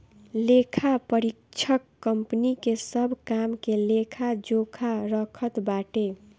लेखापरीक्षक कंपनी के सब काम के लेखा जोखा रखत बाटे